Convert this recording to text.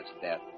death